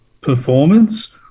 performance